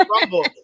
Rumble